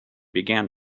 began